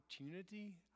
opportunity